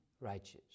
righteous